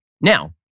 Now